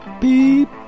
beep